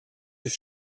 des